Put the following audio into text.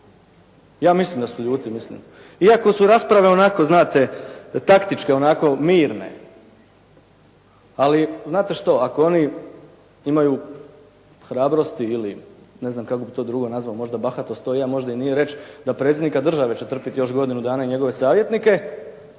Ja mislim da su ljuti, mislim. Iako su rasprave onako znate taktične, onako mirne. Ali znate što. Ako oni imaju hrabrosti ili, ne znam kako bih to drugo nazvao, možda bahatost to je a možda i nije reći da Predsjednika države će trpiti još godinu dana i njegove savjetnike.